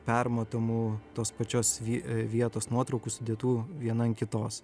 permatomų tos pačios vie vietos nuotraukų sudėtų viena ant kitos